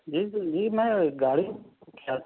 جی جی جی میں گاڑی بُک کیا تھا